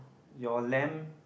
your lamb